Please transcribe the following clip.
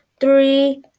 three